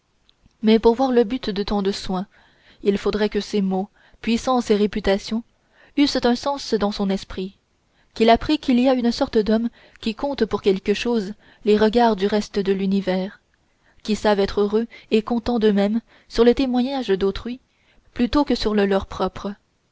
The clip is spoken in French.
mais pour voir le but de tant de soins il faudrait que ces mots puissance et réputation eussent un sens dans son esprit qu'il apprît qu'il y a une sorte d'hommes qui comptent pour quelque chose les regards du reste de l'univers qui savent être heureux et contents d'eux-mêmes sur le témoignage d'autrui plutôt que sur le leur propre